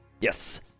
Yes